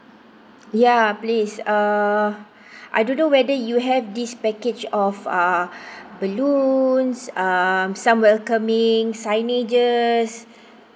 yea please uh I don't know whether you have this package of uh balloons uh some welcoming signage